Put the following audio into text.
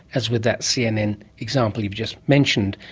as with that cnn example you've just mentioned,